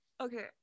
Okay